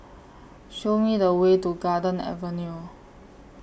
Show Me The Way to Garden Avenue